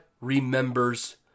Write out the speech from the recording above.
remembers